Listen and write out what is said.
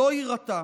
לא יירתע.